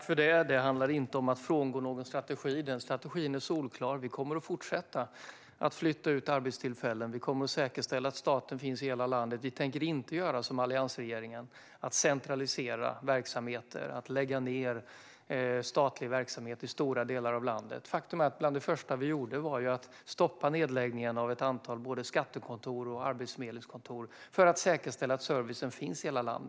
Fru talman! Det handlar inte om att frångå någon strategi. Den strategin är solklar: Vi kommer att fortsätta att flytta ut arbetstillfällen och säkerställa att staten finns i hela landet. Vi tänker inte göra som alliansregeringen och centralisera verksamheter och lägga ned statlig verksamhet i stora delar av landet. Faktum är att bland det första vi gjorde var att stoppa nedläggningen av ett antal skatte och arbetsförmedlingskontor för att säkerställa att servicen finns i hela landet.